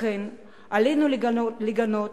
לכן עלינו לגנות